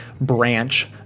branch